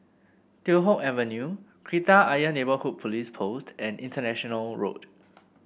Teow Hock Avenue Kreta Ayer Neighbourhood Police Post and International Road